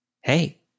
Hey